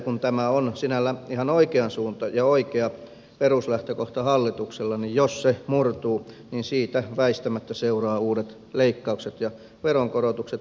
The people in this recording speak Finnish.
vaikka tämä hallituksen esitys on sinällään ihan oikea peruslähtökohta niin jos se murtuu siitä väistämättä seuraa uudet leikkaukset ja veronkorotukset